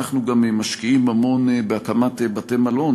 בנוסף, אנחנו גם משקיעים המון בהקמת בתי-מלון.